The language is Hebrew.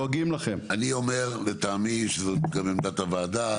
אני אומר וזאת גם עמדת הוועדה,